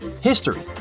History